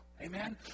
Amen